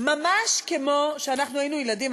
ממש כמו שאנחנו היינו ילדים.